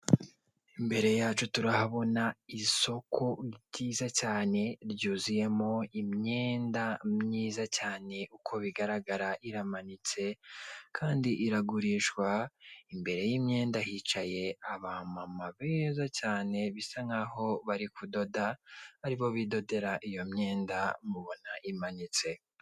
Imbere yacu turahabona isoko ryiza cyane ryuzuyemo imyenda myiza cyane, uko bigaragara iramanitse kandi iragurishwa, imbere y'imyenda hicaye aba mama beza cyane, bisa nk'aho bari kudoda, ari bo bidodera iyo myenda mubona imanitse.